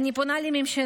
אני פונה לממשלה,